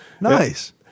Nice